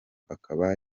akaba